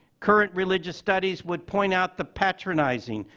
current religious studies would point out the patronizing,